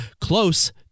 close